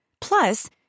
Plus